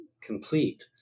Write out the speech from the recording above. complete